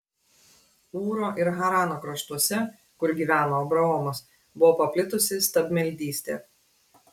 ūro ir harano kraštuose kur gyveno abraomas buvo paplitusi stabmeldystė